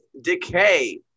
Decay